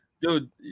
Dude